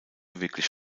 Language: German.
wirklich